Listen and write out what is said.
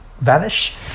vanish